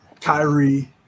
Kyrie